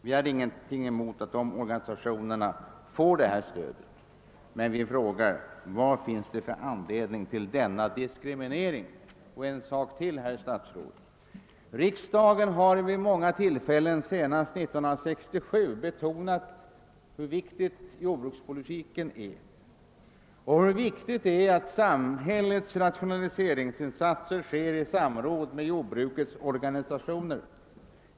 Vi har ingenting emot att löntagarorganisationerna får detta stöd, men vi frågar vad det finns för anledning att göra denna diskriminering. En sak till, herr statsråd. Riksdagen har vid många tillfällen, senast 1967, betonat hur viktig jordbrukspolitiken är och hur viktigt det är att samhällets rationaliseringsinsatser sker i samråd med jordbrukets organisationer.